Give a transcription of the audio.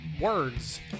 words